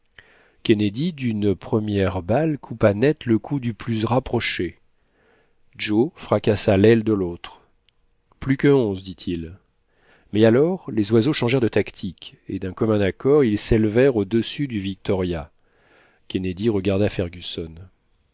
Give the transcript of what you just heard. kennedy d'une première balle coupa net le cou du plus rapproché joe fracassa l'aile de l'autre plus que onze dit-il mais alors les oiseaux changèrent de tactique et d'un commun accord ils s'élevèrent au-dessus du victoria kennedy regarda